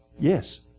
Yes